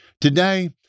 Today